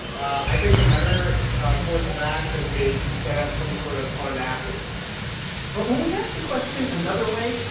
i think the better course of action is to set up some sort of fund afterwards but when we asked the question another way,